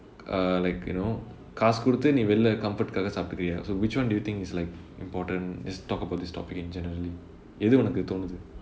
err like you know காசு கொடுத்து நீ வெளிளே:kaasu koduthu nee velilae comfort காக சாப்பிட்டுக்கிரியா:kaaga saaptukiriyaa so which [one] do you think is like important just talk about this topic in general எது உனக்கு தோணுது:ethu unakku tonuthu